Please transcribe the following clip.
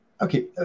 Okay